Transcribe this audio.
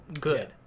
good